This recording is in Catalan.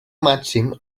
màxim